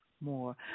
more